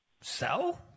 sell